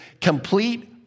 complete